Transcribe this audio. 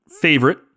favorite